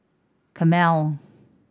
camel